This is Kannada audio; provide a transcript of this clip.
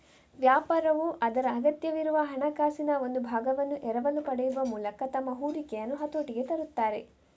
ವ್ಯಾಪಾರವು ಅದರ ಅಗತ್ಯವಿರುವ ಹಣಕಾಸಿನ ಒಂದು ಭಾಗವನ್ನು ಎರವಲು ಪಡೆಯುವ ಮೂಲಕ ತಮ್ಮ ಹೂಡಿಕೆಯನ್ನು ಹತೋಟಿಗೆ ತರುತ್ತಾರೆ